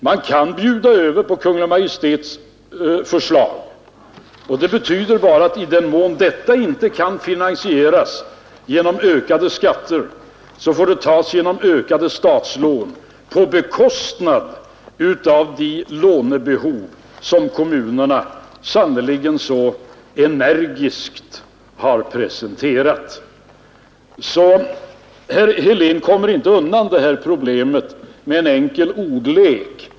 Man kan bjuda över på Kungl. Majt:s förslag, men det betyder bara att i den mån detta inte kan finansieras genom ökade skatter, får det tas genom ökade statslån på bekostnad av de lånebehov som kommunerna sannerligen så väl behöver. Herr Helén kommer inte undan detta problem med en enkel ordlek.